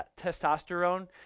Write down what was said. testosterone